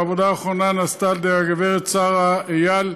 העבודה האחרונה נעשתה על-ידי הגברת שרה איל,